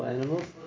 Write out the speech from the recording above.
animals